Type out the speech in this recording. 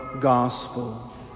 gospel